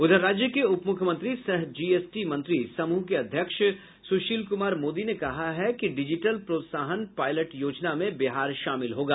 उधर राज्य के उपमुख्यमंत्री सह जीएसटी मंत्री समूह के अध्यक्ष सुशील कुमार मोदी ने कहा है कि डिजिटल प्रोत्साहन पायलट योजना में बिहार शामिल होगा